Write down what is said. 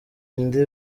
indi